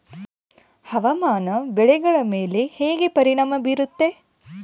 ಹವಾಮಾನ ಬೆಳೆಗಳ ಮೇಲೆ ಹೇಗೆ ಪರಿಣಾಮ ಬೇರುತ್ತೆ?